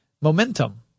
momentum